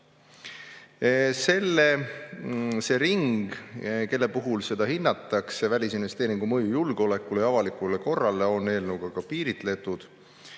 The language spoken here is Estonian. See ring, kelle puhul hinnatakse välisinvesteeringu mõju julgeolekule ja avalikule korrale, on eelnõuga piiritletud,